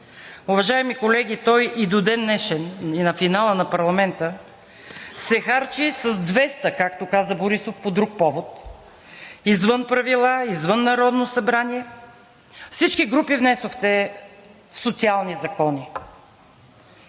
Уважаеми колеги, то и до ден днешен, и на финала на парламента се харчи „с двеста“, както каза Борисов по друг повод – извън правила, извън Народно събрание. Всички групи внесохте социални закони